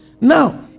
Now